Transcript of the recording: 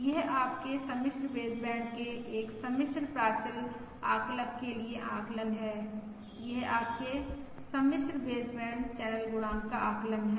यह आपके सम्मिश्र बेसबैंड के एक सम्मिश्र प्राचल आकलक के लिए आकलन है यह आपके सम्मिश्र बेसबैंड चैनल गुणांक का आकलन है